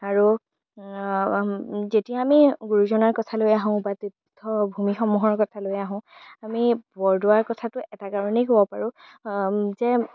আৰু যেতিয়া আমি গুৰুজনাৰ কথালৈ আহোঁ বা তীৰ্থভূমিসমূহৰ কথালৈ আহোঁ আমি বৰদোৱাৰ কথাটো এটা কাৰণেই ক'ব পাৰোঁ যে